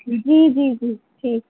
جی جی جی ٹھیک